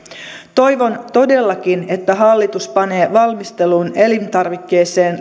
toivon todellakin että hallitus panee valmisteluun elintarvikkeeseen